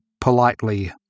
politely